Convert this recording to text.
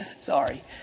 sorry